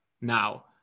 Now